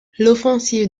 l’offensive